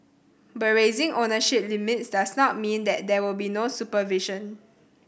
but raising ownership limits does not mean that there will be no supervision